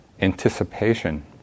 anticipation